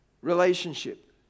relationship